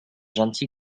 gentil